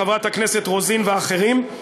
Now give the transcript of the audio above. של חברת הכנסת רוזין ואחרים,